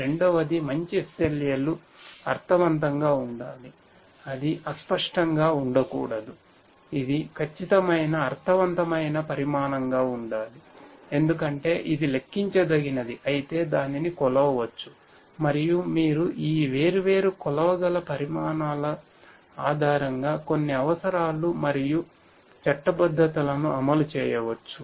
రెండవది మంచి SLA లు అర్ధవంతంగా ఉండాలి అది అస్పష్టంగా ఉండకూడదు ఇది ఖచ్చితమైన అర్ధవంతమైన పరిమాణంగా ఉండాలి ఎందుకంటే ఇది లెక్కించదగినది అయితే దానిని కొలవవచ్చు మరియు మీరు ఈ వేర్వేరు కొలవగల పరిమాణాల ఆధారంగా కొన్ని అవసరాలు మరియు చట్టబద్ధతలను అమలు చేయవచ్చు